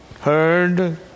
heard